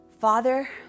Father